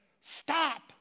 Stop